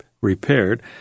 repaired